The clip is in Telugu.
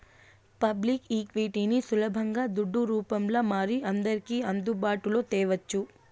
పబ్లిక్ ఈక్విటీని సులబంగా దుడ్డు రూపంల మారి అందర్కి అందుబాటులో తేవచ్చు